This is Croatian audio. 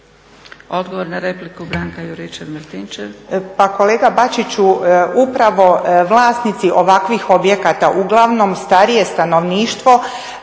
Odgovor na repliku, Branka Juričev-Martinčev.